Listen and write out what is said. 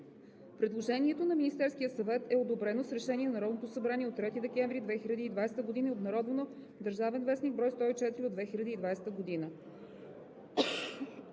Предложението на Министерския съвет е одобрено с решение на Народното събрание от 3 декември 2020 г. (обн., ДВ, бр. 104 от 2020 г.)